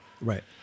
Right